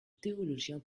théologien